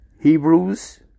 Hebrews